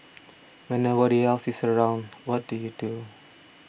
when nobody else is around what do you do